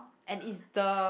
and it's the